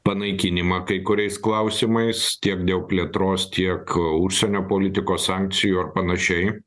panaikinimą kai kuriais klausimais tiek dėl plėtros tiek užsienio politikos sankcijų ar panašiai